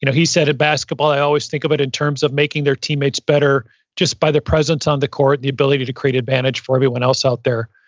you know he said, in basketball i always think of it in terms of making their teammates better just by their presence on the court and the ability to create advantage for everyone else out there.